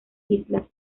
islas